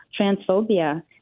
transphobia